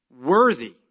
worthy